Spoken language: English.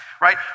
right